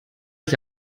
ich